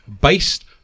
Based